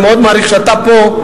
אני מאוד מעריך את זה שאתה פה.